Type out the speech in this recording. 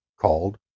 called